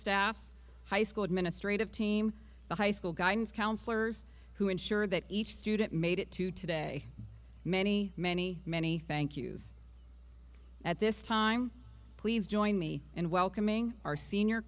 staffs high school administrative team the high school guidance counselors who ensure that each student made it to today many many many thank you's at this time please join me in welcoming our senior